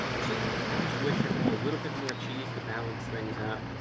cheese? i just wish there could be a little bit more cheese to balance things out.